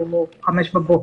או ב-05:00 בבוקר.